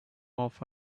off